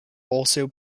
also